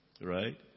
Right